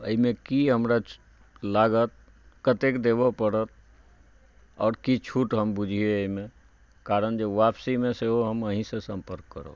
अइमे की हमरा लागत कतेक देबऽ पड़त आओर की छूट हम बुझिये अइमे कारण जे वापसीमे सेहो हम अहिसँ सम्पर्क करब